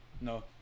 No